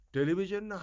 Television